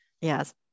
Yes